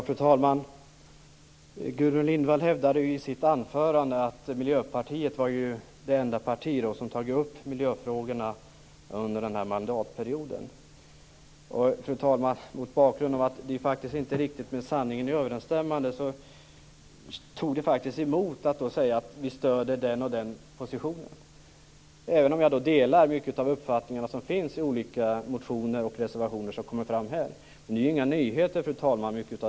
Fru talman! Gudrun Lindvall hävdade ju i sitt anförande att Miljöpartiet är det enda parti som har tagit upp miljöfrågorna under den här mandatperioden. Och, fru talman, mot bakgrund av att detta ju faktiskt inte är med sanningen överensstämmande tog det faktiskt emot att säga att vi stöder den och den positionen - även om jag delar många av de uppfattningar som finns i olika motioner och reservationer som kommer fram här. Men mycket av detta är inga nyheter, fru talman.